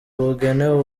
bugenewe